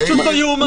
פשוט לא יאומן.